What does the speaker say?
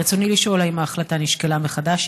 רצוני לשאול: 1. האם ההחלטה נשקלה מחדש?